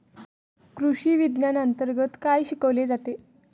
कृषीविज्ञानांतर्गत काय शिकवले जाते?